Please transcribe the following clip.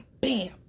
Bam